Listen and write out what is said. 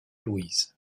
louise